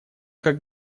как